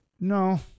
no